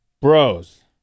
bros